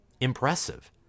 impressive